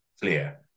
clear